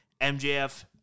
MJF